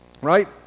right